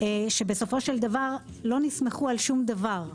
שבסופו של דבר לא נסמכו על שום דבר.